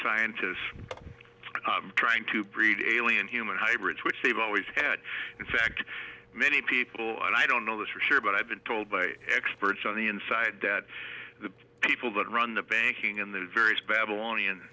scientists trying to breed alien human hybrids which they've always had in fact many people and i don't know this for sure but i've been told by experts on the inside that the people that run the banking and the various babylonian